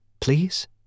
please